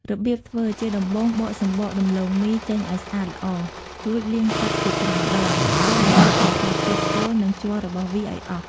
របៀបធ្វើ ជាដំបូង បកសំបកដំឡូងមីចេញឲ្យស្អាតល្អ រួចលាងទឹកជាច្រើនដង ដើម្បីកម្ចាត់ជាតិពុល និងជ័ររបស់វាឲ្យអស់។